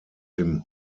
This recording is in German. dem